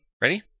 Ready